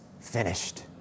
finished